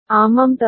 ஆமாம் தானே